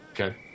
Okay